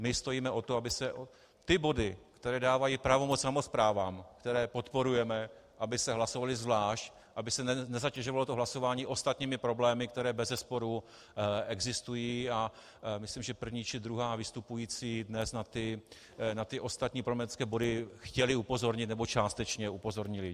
My stojíme o to, aby se ty body, které dávají pravomoc samosprávám, které podporujeme, hlasovaly zvlášť, aby se nezatěžovalo hlasování ostatními problémy, které bezesporu existují, a myslím, že první či druhá vystupující dnes na ty ostatní problematické body chtěly upozornit, nebo částečně upozornily.